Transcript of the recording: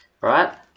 Right